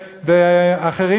ואחרים,